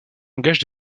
engage